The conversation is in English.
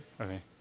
Okay